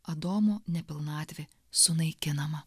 adomo nepilnatvė sunaikinama